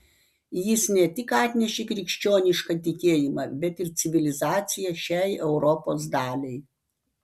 jis ne tik atnešė krikščionišką tikėjimą bet ir civilizaciją šiai europos daliai